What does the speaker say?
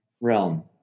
realm